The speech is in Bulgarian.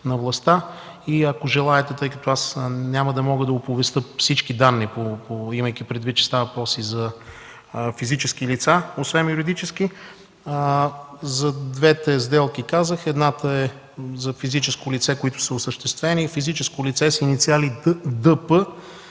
на властта. Ако желаете, тъй като аз няма да мога да оповестя всички данни, имайки предвид, че става въпрос и за физически лица, освен юридически. За двете сделки казах: Едната, която е осъществена, е за физическо лице с инициали Д.Б.,